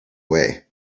way